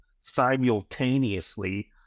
simultaneously